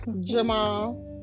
Jamal